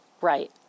Right